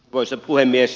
arvoisa puhemies